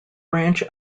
branch